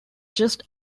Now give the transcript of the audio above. just